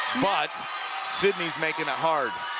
but sidney is making it hard.